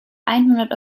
einhundert